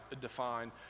define